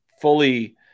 fully